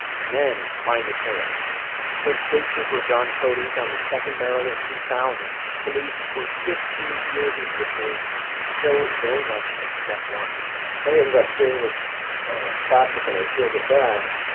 and then find the killer when state trooper john cody found the second barrel in two thousand, police were fifteen years into the case, and still very much at step one i ended up seeing this plastic, and i peeled it back,